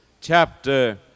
chapter